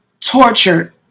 tortured